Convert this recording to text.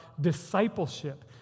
discipleship